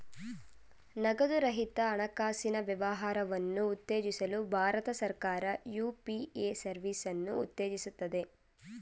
ನಗದು ರಹಿತ ಹಣಕಾಸಿನ ವ್ಯವಹಾರವನ್ನು ಉತ್ತೇಜಿಸಲು ಭಾರತ ಸರ್ಕಾರ ಯು.ಪಿ.ಎ ಸರ್ವಿಸನ್ನು ಉತ್ತೇಜಿಸುತ್ತದೆ